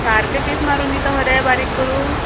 सारके पीस मारून दिता मरे बारीक करून